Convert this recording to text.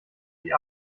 sie